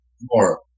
more